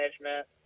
management